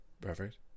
perfect